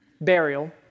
burial